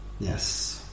Yes